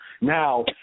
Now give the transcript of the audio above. Now